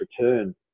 return